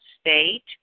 state